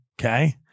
Okay